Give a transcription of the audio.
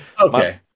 Okay